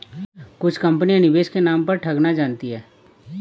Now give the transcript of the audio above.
कुछ कंपनियां निवेश के नाम पर ठगना जानती हैं